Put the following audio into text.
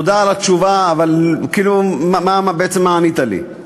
תודה על התשובה, אבל כאילו, בעצם מה ענית לי?